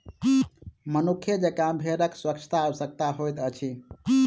मनुखे जेंका भेड़क स्वच्छता आवश्यक होइत अछि